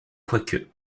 quoique